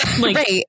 right